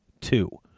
two